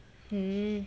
mm